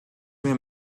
mehr